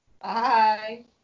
Bye